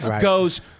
Goes